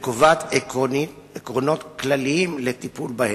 וקובעת עקרונות כלליים לטיפול בהן.